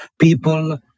people